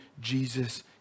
Jesus